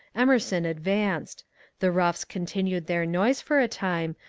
emerson advanced the roughs continued their noise for a time,